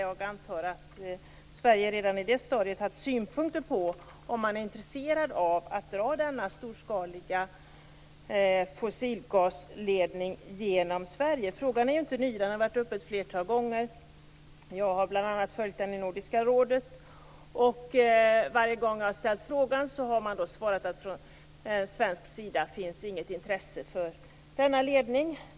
Jag antar att Sverige redan i det stadiet har haft synpunkter på om man är intresserad av att dra denna storskaliga fossilgasledning genom Sverige. Frågan är ju inte ny. Den har varit uppe ett flertal gånger. Jag har bl.a. följt den i Nordiska rådet. Varje gång jag har ställt frågan har man svarat att från svensk sida finns inget intresse för denna ledning.